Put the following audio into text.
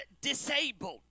disabled